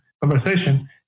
conversation